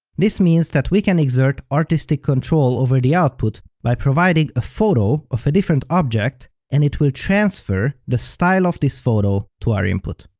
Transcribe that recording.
this means that we can exert artistic control over the output by providing a photo of a different object, and it will transfer the style of this photo to our input.